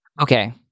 Okay